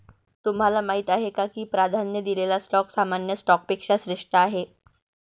तुम्हाला माहीत आहे का की प्राधान्य दिलेला स्टॉक सामान्य स्टॉकपेक्षा श्रेष्ठ आहे?